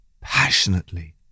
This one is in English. passionately